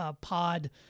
Pod